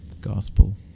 Gospel